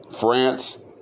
France